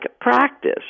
practice